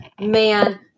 man